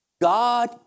God